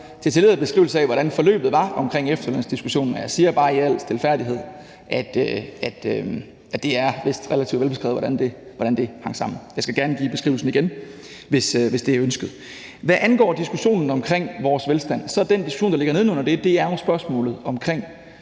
detaljeret beskrivelse af, hvordan forløbet var omkring efterlønsdiskussionen. Jeg siger bare i al stilfærdighed, at det vist er relativt velbeskrevet, hvordan det hang sammen. Jeg skal gerne give beskrivelsen igen, hvis det er ønsket. Hvad angår diskussionen omkring vores velstand, er den diskussion, der ligger neden under det, jo spørgsmålet om den